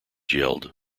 yelled